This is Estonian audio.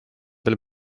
veel